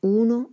uno